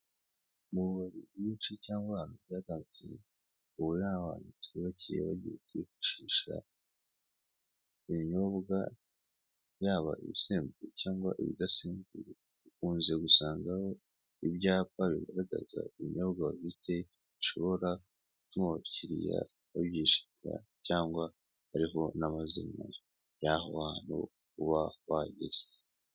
Mu bubari bwinshi cyangwa ahantu gagiye hatandukanye hahurira abantu bagiye kwifashisha ibinyobwa yaba ibisembuwe cyangwa ibidasembuye kunze gusanga aho ibyapa bigaragaza ibinyobwa bafite bishobora gutuma abakiriya babyishimira cyangwa ariho bazinywera naho hantu uba wagize.